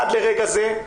עד לרגע זה.